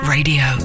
Radio